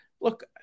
Look